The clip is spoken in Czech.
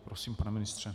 Prosím, pane ministře.